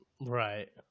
right